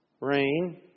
Rain